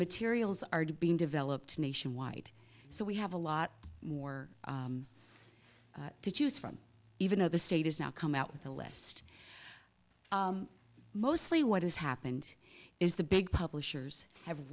materials are being developed nationwide so we have a lot more to choose from even though the state has now come out with a list mostly what has happened is the big publishers have